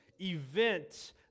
event